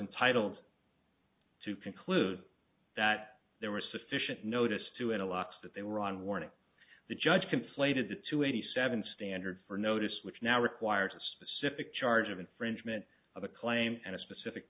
entitled to conclude that there was sufficient notice to in a lapse that they were on warning the judge conflated the two eighty seven standard for notice which now requires a specific charge of infringement of a claim and a specific